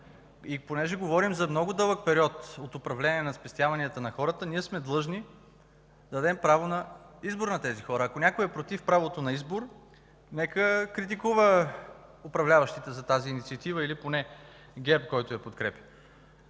и понеже говорим за много дълъг период от управление на спестяванията на хората, ние сме длъжни да дадем право на избор на тези хора. Ако някой е против правото на избор, нека критикува управляващите за тази инициатива или поне ГЕРБ, който я подкрепя.